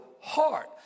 heart